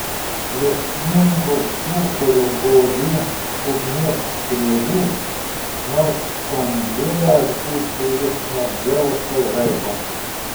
liepsningu sūkuriu godžių ugnies strėlių nors suanglėjęs būtų jis nuo dzeuso žaibo